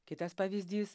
kitas pavyzdys